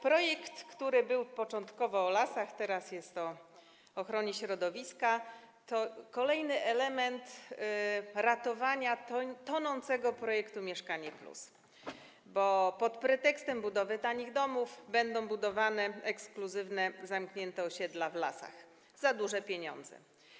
Projekt, który początkowo dotyczył lasów, a teraz ochrony środowiska, to kolejny element ratowania tonącego projektu „Mieszkanie+”, bo pod pretekstem budowy tanich domów będą budowane ekskluzywne, zamknięte osiedla w lasach, za duże pieniądze.